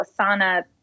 Asana